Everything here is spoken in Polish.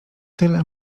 tyle